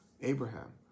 Abraham